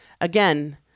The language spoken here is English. Again